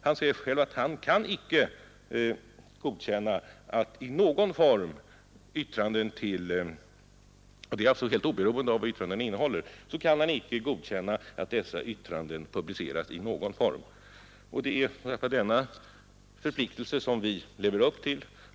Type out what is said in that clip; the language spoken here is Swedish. Han säger själv att helt oberoende av vad yttrandet innehåller, så kan han inte godkänna att det publiceras i någon form. Det är denna förpliktelse som vi lever upp till.